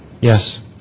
Yes